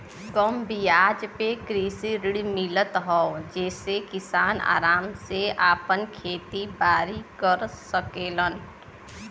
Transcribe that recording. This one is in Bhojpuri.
कम बियाज पे कृषि ऋण मिलत हौ जेसे किसान आराम से आपन खेती बारी कर सकेलन